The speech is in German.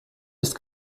ist